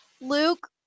Luke